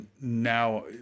now